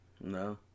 no